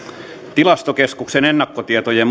tilastokeskuksen ennakkotietojen